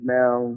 now